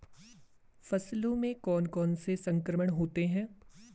फसलों में कौन कौन से संक्रमण होते हैं?